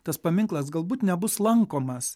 tas paminklas galbūt nebus lankomas